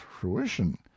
fruition